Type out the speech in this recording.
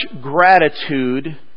gratitude